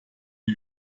die